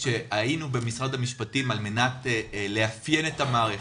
כשהיינו במשרד המשפטים על מנת לאפיין את המערכת,